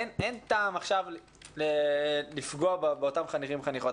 אין טעם לפגוע באותם חניכים וחניכות.